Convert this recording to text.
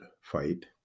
fight